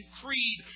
creed